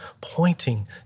pointing